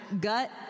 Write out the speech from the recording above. gut